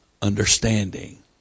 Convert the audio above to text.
understanding